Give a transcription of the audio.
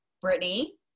Brittany